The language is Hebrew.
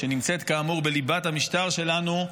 שנמצאת כאמור בליבת המשטר שלנו,